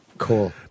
Cool